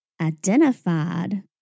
identified